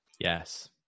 Yes